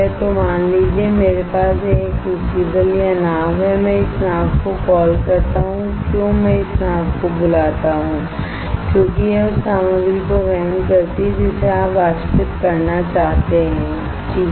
तो मान लीजिए कि मेरे पास यह क्रूसिबल या नाव है मैं इस नाव को कॉल करता हूं क्यों मैं इस नाव को बुलाता हूं क्योंकि यह उस सामग्री को वहन करती है जिसे आप वाष्पित करना चाहते हैं ठीक है